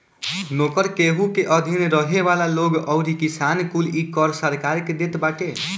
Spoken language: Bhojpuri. नोकर, केहू के अधीन रहे वाला लोग अउरी किसान कुल इ कर सरकार के देत बाटे